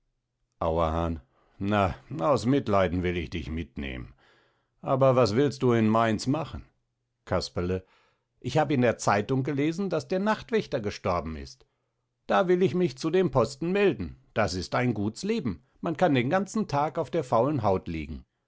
auerhahn na aus mitleiden will ich dich mitnehmen aber was willst du in mainz machen casperle ich hab in der zeitung gelesen daß der nachtwächter gestorben ist da will ich mich zu dem posten melden das ist ein guts leben man kann den ganzen tag auf der faulen haut liegen